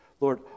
Lord